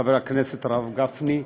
הכנסת חיים ילין.